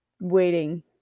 Waiting